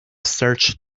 searched